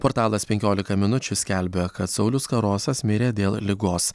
portalas penkiolika minučių skelbia kad saulius karosas mirė dėl ligos